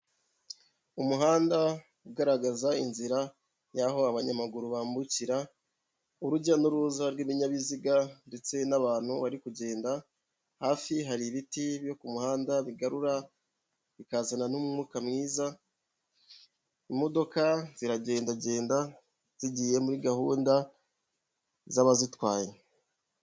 umuhanda ugaragaza inzira y'aho abanyamaguru bambukira, urujya n'uruza rw'ibinyabiziga ndetse n'abantu bari kugenda, hafi hari ibiti byo ku muhanda bigarura bikazana n'umwuka mwiza, imodoka ziragendagenda zigiye muri gahunda z'abazitwaye.